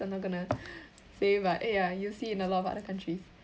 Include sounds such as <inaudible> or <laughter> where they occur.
I'm not going to <breath> say but ya you see in a lot of other countries